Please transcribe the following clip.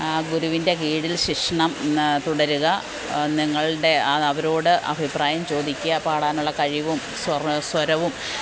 ഗുരുവിൻ്റെ കീഴിൽ ശിക്ഷണം തുടരുക നിങ്ങളുടെ ആ അവരോട് അഭിപ്രായം ചോദിക്കുക പാടാനുള്ള കഴിവും സ്വറ സ്വരവും